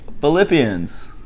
Philippians